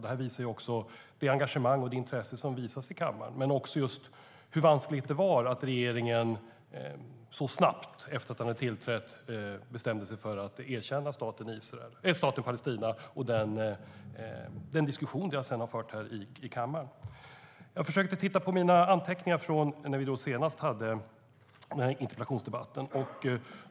Det visar på det engagemang och intresse som finns i kammaren, men också på hur vanskligt det var att regeringen så snabbt efter att den hade tillträtt bestämde sig för att erkänna staten Palestina. Det visar den diskussion som vi sedan har fört här i kammaren. Jag tittade på mina anteckningar från när vi senast hade en interpellationsdebatt om detta.